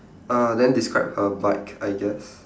uh then describe her bike I guess